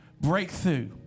Breakthrough